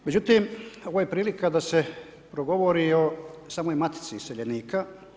Međutim, ovo je prilika da se progovori o samoj Matici iseljenika.